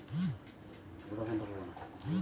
তামারি ফসল দেরী খরিফ না দেরী রবি ফসল?